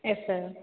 yes sir